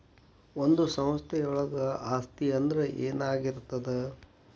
ಒಂದು ಸಂಸ್ಥೆಯೊಳಗ ಆಸ್ತಿ ಅಂದ್ರ ಏನಾಗಿರ್ತದ?